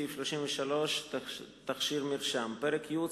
סעיף 33 (תכשיר מרשם); פרק י',